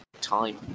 time